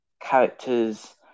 characters